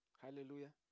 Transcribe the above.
Hallelujah